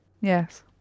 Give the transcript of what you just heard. Yes